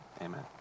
Amen